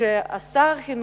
ששר החינוך,